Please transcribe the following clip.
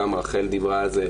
גם רחל דיברה על זה.